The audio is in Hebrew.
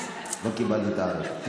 אז